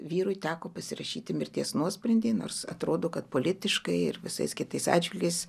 vyrui teko pasirašyti mirties nuosprendį nors atrodo kad politiškai ir visais kitais atžvilgiais